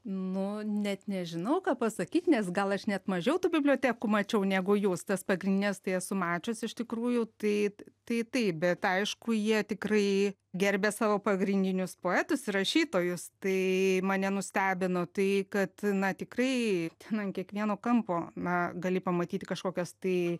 nu net nežinau ką pasakyt nes gal aš net mažiau tų bibliotekų mačiau negu jūs tas pagrindines tai esu mačius iš tikrųjų tai tai taip bet aišku jie tikrai gerbia savo pagrindinius poetus ir rašytojus tai mane nustebino tai kad na tikrai nu ant kiekvieno kampo na gali pamatyti kažkokias tai